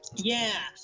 yeah,